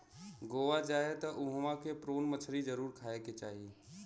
गोवा जाए त उहवा के प्रोन मछरी जरुर खाए के चाही